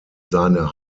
seine